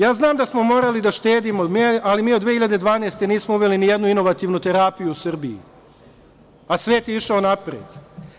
Ja znam da smo morali da štedimo, ali mi od 2012. nismo uveli ni jednu inovativnu terapiju u Srbiji, a svet je išao napred.